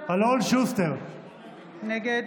נגד